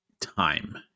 time